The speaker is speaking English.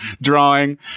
drawing